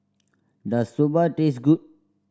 does Soba taste good